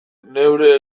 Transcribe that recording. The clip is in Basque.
neure